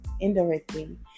indirectly